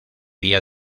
vía